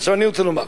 אני רוצה לומר,